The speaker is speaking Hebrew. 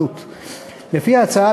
לפי ההצעה,